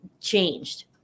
changed